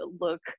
look